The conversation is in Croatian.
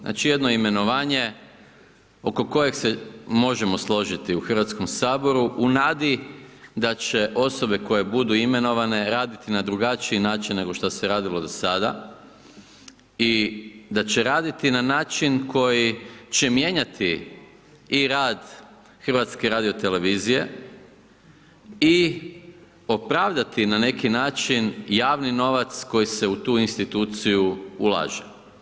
Znači jedno imenovanje oko kojeg se možemo složiti u HS u nadi da će osobe koje budu imenovane raditi na drugačiji način nego što se radilo do sada i da će raditi na način koji će mijenjati i rad HRT-a i opravdati na neki način javni novac koji se u tu instituciju ulaže.